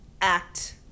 act